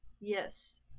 yes